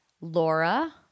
Laura